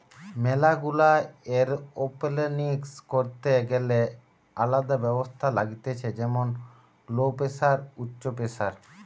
ম্যালা গুলা এরওপনিক্স করিতে গ্যালে আলদা ব্যবস্থা লাগতিছে যেমন লো প্রেসার, উচ্চ প্রেসার